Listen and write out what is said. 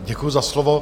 Děkuji za slovo.